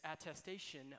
attestation